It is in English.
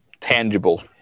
tangible